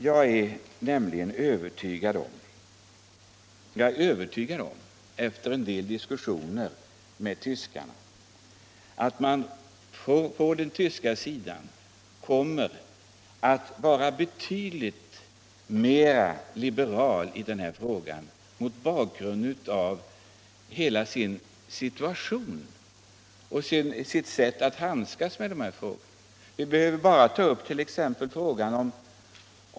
Jag är övertygad om, efter en del diskussioner som jag har fört med tyskar, att man i Västtyskland kommer att vara betydligt mera liberal i den här frågan, detta mot bakgrund av en vana man där har att handskas med sådana här frågor — jag behöver bara ta naturläkemedlen som exempel.